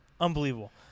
Unbelievable